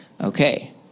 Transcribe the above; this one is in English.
Okay